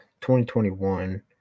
2021